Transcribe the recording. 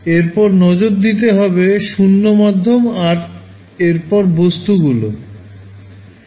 এরপর নজর দিতে হবে শূন্য মাধ্যম আর এরপর বস্তুগুলো